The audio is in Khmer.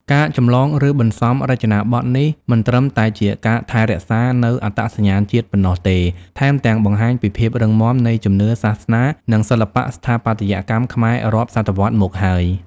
ការចម្លង ឬបន្សំរចនាបថនេះ មិនត្រឹមតែជាការថែរក្សានូវអត្តសញ្ញាណជាតិប៉ុណ្ណោះទេ ថែមទាំងបង្ហាញពីភាពរឹងមាំនៃជំនឿសាសនា និងសិល្បៈស្ថាបត្យកម្មខ្មែររាប់សតវត្សរ៍មកហើយ។